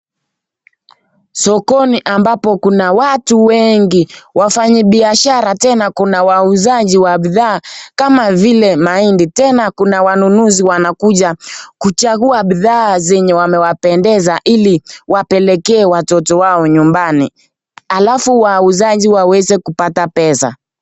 Sokoni ambapo kuna watu wengi, wafanyibiashara tena kuna wauzaji wa bidhaa kama vile mahindi tena kuna wanunuzi wanakuja kuchagua bidhaa zenye wamewapendeza ili wapelekee watoto wao nyumbani, alafu wauzaji waweze kupata pesa.